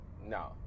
No